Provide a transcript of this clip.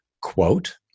Quote